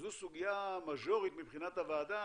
שזו סוגיה מז'ורית מבחינת הוועדה,